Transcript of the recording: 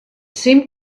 seemed